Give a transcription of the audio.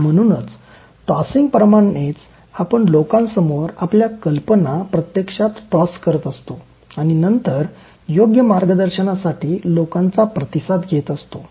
म्हणूनच टॉसिंग प्रमाणेच आपण लोकांसमोर आपल्या कल्पना प्रत्यक्षात टॉस करत असतो आणि नंतर योग्य मार्गदर्शनासाठी लोकांचा प्रतिसाद घेत असतो